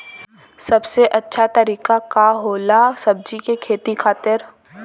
सबसे अच्छा तरीका का होला सब्जी के खेती खातिर?